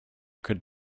could